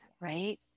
Right